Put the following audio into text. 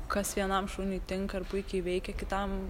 kas vienam šuniui tinka ir puikiai veikia kitam